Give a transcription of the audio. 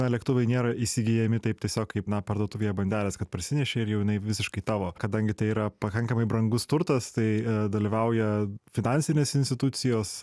na lėktuvai nėra įsigyjami taip tiesiog kaip na parduotuvėje bandelės kad parsinešei ir jau jinai visiškai tavo kadangi tai yra pakankamai brangus turtas tai dalyvauja finansinės institucijos